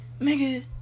nigga